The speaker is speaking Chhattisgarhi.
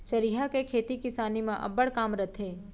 चरिहा के खेती किसानी म अब्बड़ काम रथे